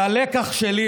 והלקח שלי: